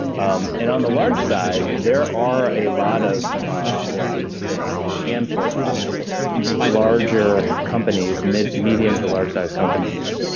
um and on the large side, there are a lot of or i would say a handful, of larger companies, medium medium to large sized companies,